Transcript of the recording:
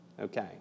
Okay